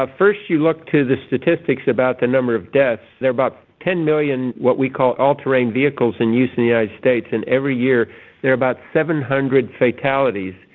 ah first you look to the statistics about the number of deaths. there are about ten million what we call all-terrain vehicles in use in the united states and every year there are about seven hundred fatalities.